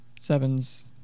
Seven's